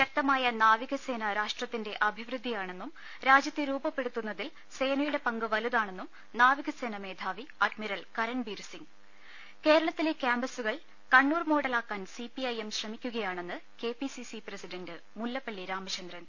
ശക്തമായ നാവികസേന രാഷ്ട്രത്തിന്റെ അഭിവൃദ്ധിയാണെന്നും രാജ്യത്തെ രൂപപ്പെടുത്തുന്നതിൽ സേന്യുടെ ്പങ്ക് വലുതാ ണെന്നും നാവികസേനാമേധാവി അഡ്മിറൽ കരൺബീർസിംഗ് കേരളത്തിലെ ക്യാമ്പസുകൾ കണ്ണൂർ മോഡലാക്കാൻ സിപി ഐഎം ശ്രമിക്കുകയാണെന്ന് കെപിസിസി പ്രസിഡന്റ് മുല്ലപ്പളളി രാമചന്ദ്രൻ